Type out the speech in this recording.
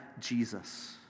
Jesus